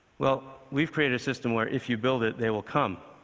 well, we've created a system where if you build it, they will come.